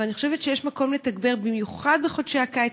אבל אני חושבת שיש מקום לתגבר במיוחד בחודשי הקיץ.